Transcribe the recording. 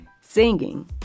singing